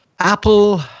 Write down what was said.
Apple